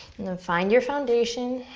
and then find your foundation,